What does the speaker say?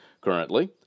Currently